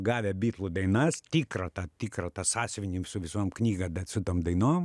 gavę bitlų dainas tikrą tą tikrą tą sąsiuvinį su visom knygom bet su tom dainom